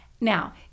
Now